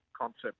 concept